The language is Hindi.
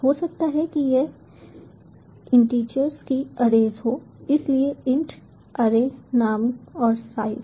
हो सकता है कि यह इंटीचर्स की अरेज हो इसलिए इंट अरे नाम और साइज